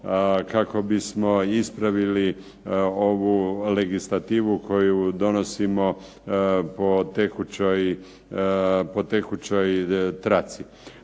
kako bismo ispravili ovu legislativu koju donosimo po tekućoj traci.